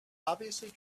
obviously